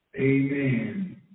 Amen